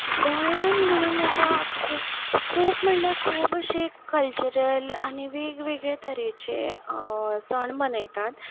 गोंयान म्हणून आतां खूब खूब म्हणल्या खूब अशे कल्चरल आनी वेगवेगळे तरेचे सण मनयतात